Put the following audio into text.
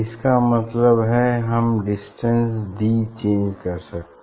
इसका मतलब है हम डिस्टेंस डी चेंज कर सकते हैं